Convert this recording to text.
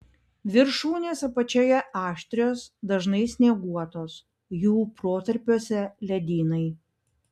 viršūnės apačioje aštrios dažnai snieguotos jų protarpiuose ledynai